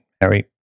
Harry